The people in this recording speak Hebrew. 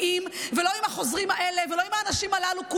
ולא עם החוזרים האלה ולא עם האנשים הללו.